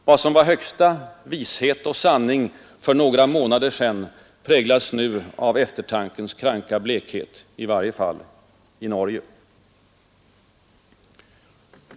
Vad som var högsta vishet och sanning för några månader sedan präglas nu av eftertankens kranka blekhet, i varje fall i Norge.